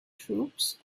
troops